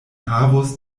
havus